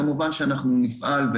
כמובן שאנחנו נפעל,